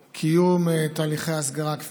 ואני מבטיחכם נאמנה שאני לא אעבור על הדבר הזה לסדר-היום.